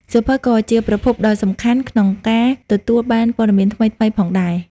សៀវភៅក៏ជាប្រភពដ៏សំខាន់ក្នុងការទទួលបាន ព័ត៌មានថ្មីៗ ផងដែរ។